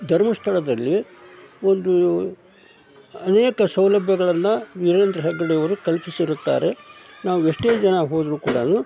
ಧರ್ಮಸ್ಥಳದಲ್ಲಿ ಒಂದು ಅನೇಕ ಸೌಲಭ್ಯಗಳನ್ನ ವೀರೇಂದ್ರ ಹೆಗ್ಗಡೆಯವರು ಕಲ್ಪಿಸಿರುತ್ತಾರೆ ನಾವೆಷ್ಟೇ ಜನ ಹೋದರೂ ಕೂಡನೂ